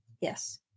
Yes